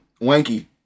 Wanky